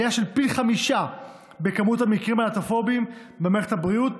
עלייה של פי חמישה במספר המקרים הלהט"בופוביים במערכת הבריאות,